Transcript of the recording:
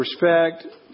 respect